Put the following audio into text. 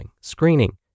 screening